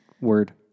Word